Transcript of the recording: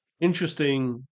interesting